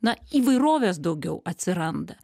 na įvairovės daugiau atsiranda